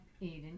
Eden